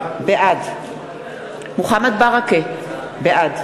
בעד מוחמד ברכה, בעד